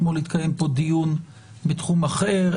אתמול התקיים פה דיון בתחום אחר.